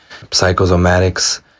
psychosomatics